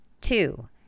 two